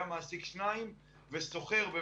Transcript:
היה מעסיק שניים ו"שוכר"